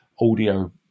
audio